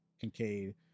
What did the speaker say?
Kincaid